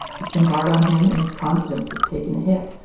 it's been hard on him and his confidence has taken a hit.